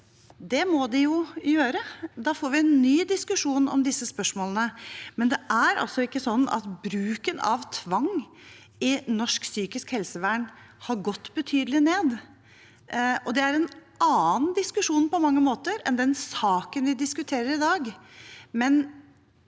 Det må de jo gjøre, da får vi en ny diskusjon om disse spørsmålene, men det er altså ikke slik at bruken av tvang i norsk psykisk helsevern har gått betydelig ned. Det er på mange måter en annen diskusjon enn den saken vi diskuterer i dag.